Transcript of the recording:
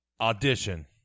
Audition